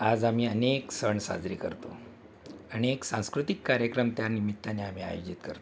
आज आम्ही अनेक सण साजरे करतो अनेक सांस्कृतिक कार्यक्रम त्यानिमित्ताने आम्ही आयोजित करतो